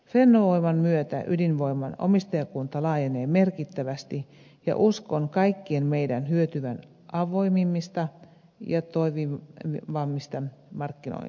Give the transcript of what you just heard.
fennovoiman myötä ydinvoiman omistajakunta laajenee merkittävästi ja uskon kaikkien meidän hyötyvän avoimemmista ja toimivammista markkinoista